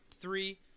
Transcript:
three